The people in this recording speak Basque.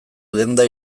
denda